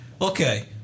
Okay